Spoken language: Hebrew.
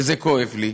וזה כואב לי.